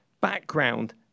background